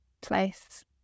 place